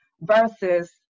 versus